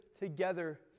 together